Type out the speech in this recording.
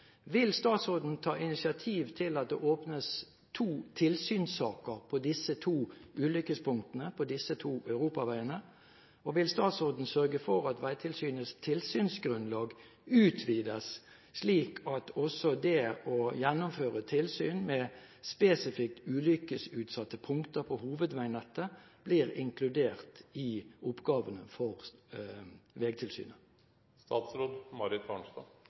Vil statsråden ta initiativ til at det åpnes to tilsynssaker på disse to ulykkespunktene, på disse to europaveiene? Og vil statsråden sørge for at Vegtilsynets tilsynsgrunnlag utvides, slik at også det å gjennomføre tilsyn med spesifikke ulykkesutsatte punkter på hovedveinettet blir inkludert i oppgavene for